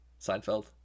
Seinfeld